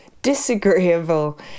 disagreeable